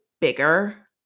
bigger